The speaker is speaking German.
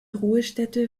ruhestätte